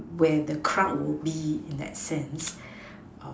where the crowd will be in that sense um